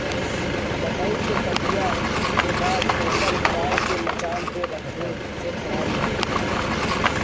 मकई के कटिया के बाद ओकर बाल के मचान पे रखले से खराब नाहीं होला